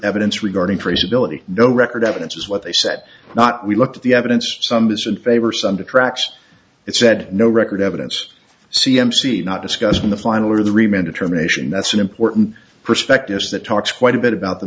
evidence regarding traceability no record evidence is what they said not we looked at the evidence some was in favor some to tracks it said no record evidence c m c not discussed in the final or the remain determination that's an important prospectus that talks quite a bit about the